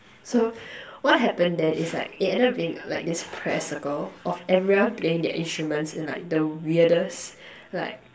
so what happen then is like it ended up being like this prayer circle of everyone playing their instruments in like the weirdest like